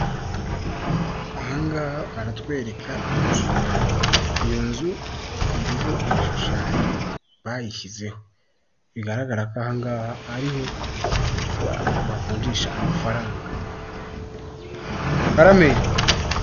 Ahangaha baratwereka inzu iyo nzu iriho ibishushanyo bayishyizeho bigaragara ko ahangaha ariho bavungishasha amafaranga karame.